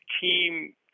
team